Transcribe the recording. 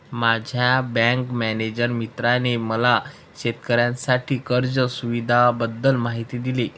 माझ्या bank manager मित्राने मला शेतकऱ्यांसाठी कर्ज सुविधांबद्दल माहिती दिली